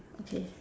okay